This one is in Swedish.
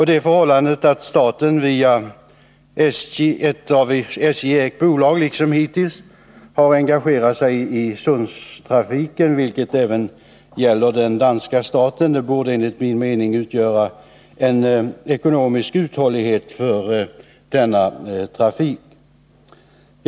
Det förhållandet att staten via ett av SJ ägt bolag engagerat sig i Öresundstrafiken — det har även danska staten gjort — borde enligt min mening utgöra en grund för ekonomisk uthållighet hos denna trafik.